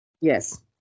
Yes